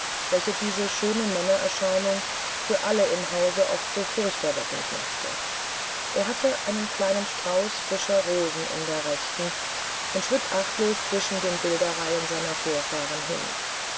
welches diese schöne männererscheinung für alle im hause oft so furchterweckend machte er hatte einen kleinen strauß frischer rosen in der rechten und schritt achtlos zwischen den bilderreihen seiner vorfahren hin